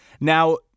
now